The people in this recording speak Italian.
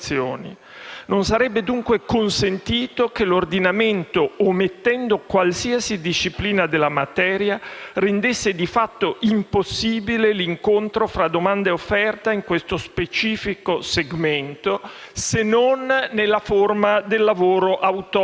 non sarebbe dunque consentito che l'ordinamento, omettendo qualsiasi disciplina della materia, rendesse di fatto impossibile l'incontro fra domanda e offerta in questo specifico segmento, se non nella forma del lavoro occasionale